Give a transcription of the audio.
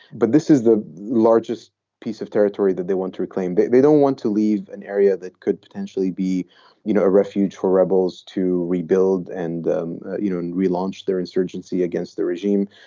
but this is the largest piece of territory that they want to reclaim. but they don't want to leave an area that could potentially be you know a refuge for rebels to rebuild and you know and relaunch their insurgency against the regime.